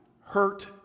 hurt